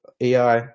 AI